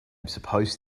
supposed